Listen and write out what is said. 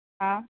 હા